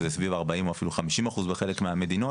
שזה סביב 40% או אפילו 50% בחלק מהמדינות,